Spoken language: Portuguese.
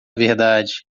verdade